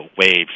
waves